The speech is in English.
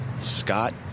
Scott